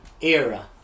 era